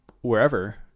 wherever